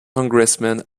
congressman